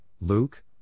Luke